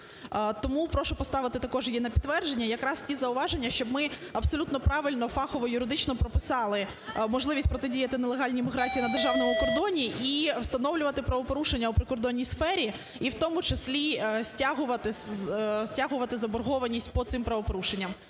Тому прошу поставити також її на підтвердження якраз ті зауваження, щоб ми абсолютно правильно фахово, юридично прописали можливість протидіяти нелегальній міграції на державному кордоні і встановлювати правопорушення у прикордонній сфері і в тому числі стягувати заборгованість по цим правопорушенням.